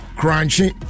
Crunchy